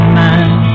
man